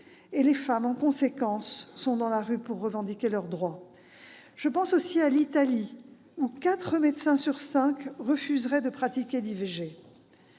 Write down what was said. et les femmes, en conséquence, sont dans la rue pour revendiquer leur droit. Je pense aussi à l'Italie, où quatre médecins sur cinq refuseraient de pratiquer l'IVG.